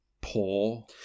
poor